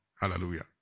Hallelujah